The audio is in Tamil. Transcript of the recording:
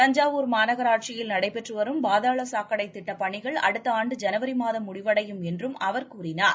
தஞ்சாவூர் மாநகராட்சியில் நடைபெற்று வரும் பாதாள சாக்கடை திட்டப் பணிகள் அடுத்த ஆண்டு ஜனவரி மாதம் முடிவடையும் என்றம் அவர் கூறினார்